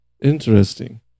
Interesting